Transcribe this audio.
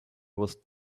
was